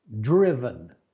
driven